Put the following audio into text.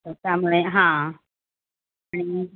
त्यामुळे हां आणि